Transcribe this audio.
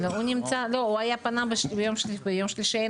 הוא פנה ביום שלישי,